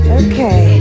okay